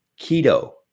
keto